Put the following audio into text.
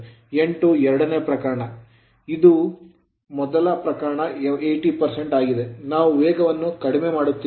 n2 ಎರಡನೇ ಪ್ರಕರಣ ಇದು ಮೊದಲ ಪ್ರಕರಣದ 80 ಆಗಿದೆ ನಾವು ವೇಗವನ್ನು ಕಡಿಮೆ ಮಾಡುತ್ತಿದ್ದೇವೆ